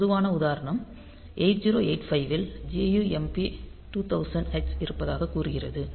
பொதுவான உதாரணம் 8085 இல் jump 2000 H இருப்பதாகக் கூறுகிறது